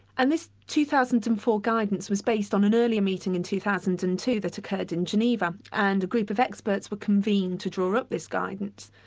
and this two thousand and four guidance was based on an earlier meeting in two thousand and two that occurred in geneva, and a group of experts were convened to draw up this guidance.